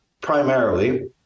primarily